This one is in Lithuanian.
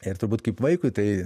ir turbūt kaip vaikui tai